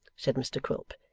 said mr quilp,